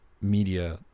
media